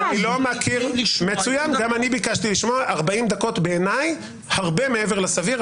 בעיניי לשמוע במשך 40 דקות זה הרבה מעבר לסביר.